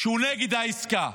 שהוא נגד העסקה,